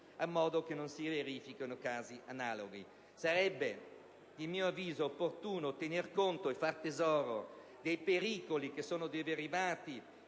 in modo che non si verifichino casi analoghi. Sarebbe a mio avviso opportuno tener conto e far tesoro dei pericoli che sono derivati